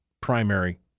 primary